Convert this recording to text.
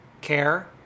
Care